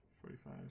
forty-five